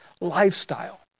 lifestyle